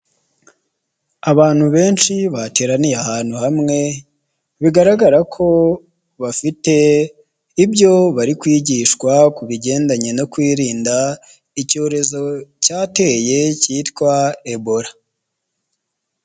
Abantu benshi bateraniye ahantu hamwe bigaragara ko bafite ibyo bari kwigishwa ku bigendanye no kwirinda icyorezo cyateye cyitwa ebola.